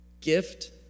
gift